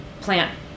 plant